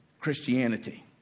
Christianity